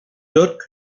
dört